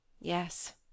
Yes